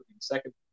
second